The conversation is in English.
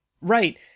Right